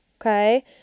Okay